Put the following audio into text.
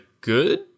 good